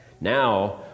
Now